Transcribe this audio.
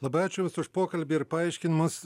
labai ačiū jums už pokalbį ir paaiškinimus